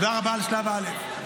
תודה רבה על שלב א'.